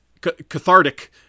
cathartic